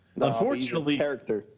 Unfortunately –